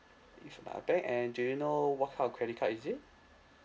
and do you know what kind of credit card is it